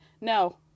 No